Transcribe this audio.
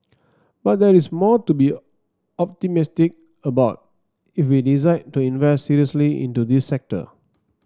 but there is more to be optimistic about if we decide to invest seriously into this sector